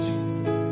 Jesus